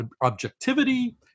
objectivity